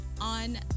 on